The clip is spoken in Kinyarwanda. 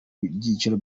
byiciro